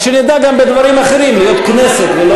שנדע גם בדברים אחרים להיות כנסת.